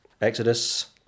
Exodus